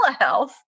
telehealth